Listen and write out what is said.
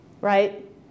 right